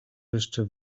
jeszcze